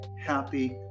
happy